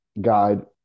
guide